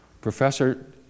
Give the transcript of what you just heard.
Professor